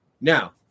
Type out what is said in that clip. Now